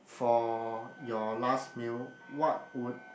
for your last meal what would